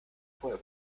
vorher